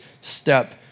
step